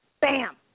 bam